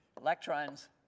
Electrons